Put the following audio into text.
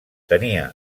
tenia